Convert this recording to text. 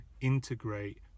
integrate